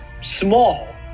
small